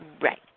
Right